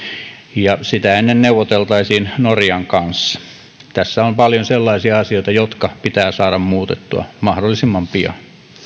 ja sitä ennen neuvoteltaisiin norjan kanssa tässä on paljon sellaisia asioita jotka pitää saada muutettua mahdollisimman pian